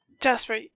Jasper